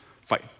Fight